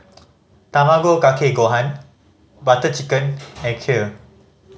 Tamago Kake Gohan Butter Chicken and Kheer